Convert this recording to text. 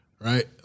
Right